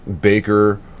Baker